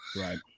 right